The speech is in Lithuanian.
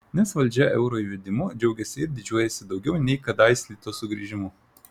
nes valdžia euro įvedimu džiaugiasi ir didžiuojasi daugiau nei kadais lito sugrįžimu